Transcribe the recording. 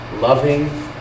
loving